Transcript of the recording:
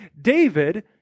David